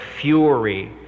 fury